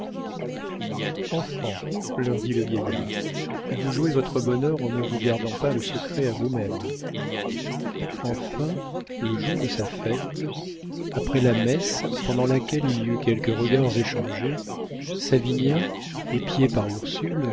enfants leur dit le vieillard vous jouez votre bonheur en ne vous gardant pas le secret à vous-mêmes enfin le jour de sa fête après la messe pendant laquelle il y eut quelques regards échangés savinien épié par ursule